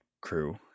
crew